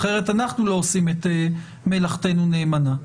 אחרת אנחנו לא עושים את מלאכתנו נאמנה.